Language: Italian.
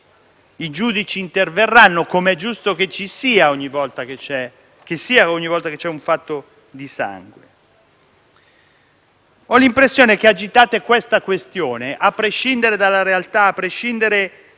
i giudici interverranno, com'è giusto che sia, ogni volta che c'è un fatto di sangue. Ho l'impressione che agitiate la questione a prescindere dalla realtà e a prescindere